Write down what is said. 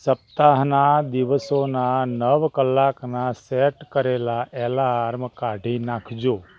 સપ્તાહના દિવસોના નવ કલાકના સેટ કરેલાં અલાર્મ કાઢી નાખજો